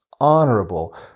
honorable